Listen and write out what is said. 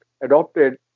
adopted